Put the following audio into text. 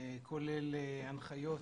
שכולל הנחיות